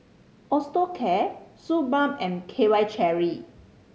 Osteocare Suu Balm and K Y Jelly